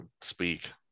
speak